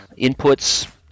inputs